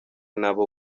n’abo